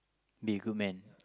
be a good man